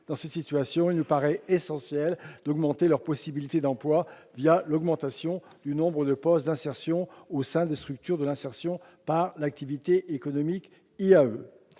dans cette situation, il nous paraît essentiel d'augmenter leurs possibilités d'emploi, l'augmentation du nombre de postes d'insertion au sein des structures de l'insertion par l'activité économique.